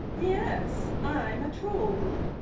yes, i'm a troll.